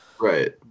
Right